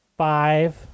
Five